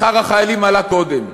שכר החיילים עלה קודם.